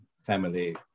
family